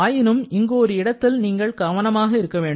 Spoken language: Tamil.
ஆயினும் இங்கு ஒரு இடத்தில் நீங்கள் கவனமாக இருக்க வேண்டும்